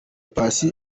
paccy